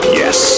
yes